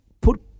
put